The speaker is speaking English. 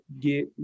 get